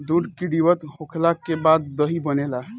दूध किण्वित होखला के बाद दही बनेला